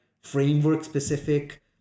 framework-specific